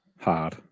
Hard